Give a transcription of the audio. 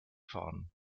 fahren